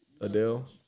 Adele